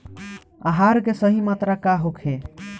आहार के सही मात्रा का होखे?